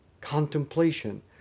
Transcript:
contemplation